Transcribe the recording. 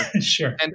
Sure